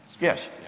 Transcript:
Yes